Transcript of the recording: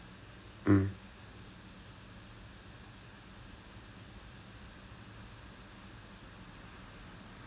and of all the modules that I've done in computer science and the one module which I thought was actually pretty interesting வந்து:vanthu was in that line